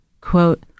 Quote